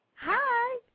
Hi